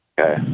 Okay